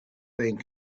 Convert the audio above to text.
being